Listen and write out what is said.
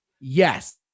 yes